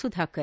Sudhakar